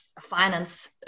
finance